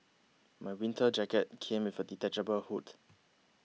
my winter jacket came with a detachable hood